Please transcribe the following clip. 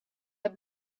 the